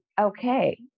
okay